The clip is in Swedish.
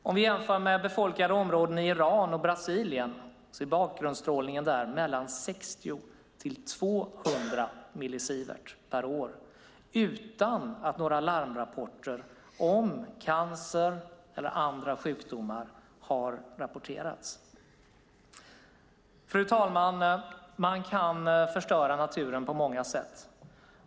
Om vi jämför med befolkade områden i Iran och Brasilien är bakgrundsstrålningen där mellan 60 och 200 millisievert per år - utan att några larmrapporter om cancer eller andra sjukdomar har kommit. Fru talman! Man kan förstöra naturen på många sätt.